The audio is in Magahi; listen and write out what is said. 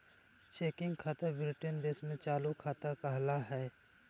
चेकिंग खाता ब्रिटेन देश में चालू खाता कहला हय